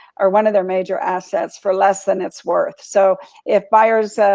or one of their major assets, for less than it's worth. so if buyers,